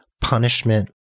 punishment